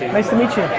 nice to meet you.